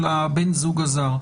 בן הזוג הזר,